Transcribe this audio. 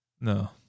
No